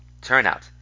turnout